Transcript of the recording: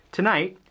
Tonight